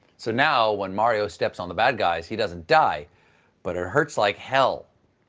so now when mario steps on the bad guys, he doesn't die but it hurts like hell.